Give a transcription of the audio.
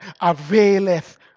availeth